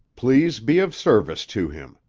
please be of service to him.